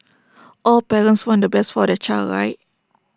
all parents want the best for their child right